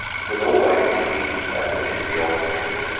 was all like a dream, that visit to the old places.